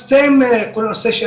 כל הנושא של